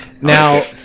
Now